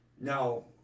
Now